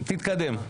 תתקדם.